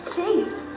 Shapes